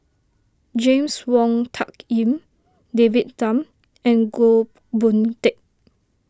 James Wong Tuck Yim David Tham and Goh Boon Teck